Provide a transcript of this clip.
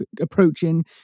approaching